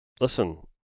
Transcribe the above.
listen